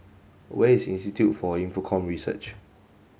where is Institute for Infocomm Research